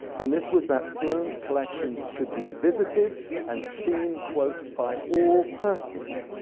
and this was that sloane's collections should be visited and seen, quote, by all persons,